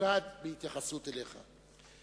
ממוקד בהתייחסות אליך.